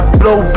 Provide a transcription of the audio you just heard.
blow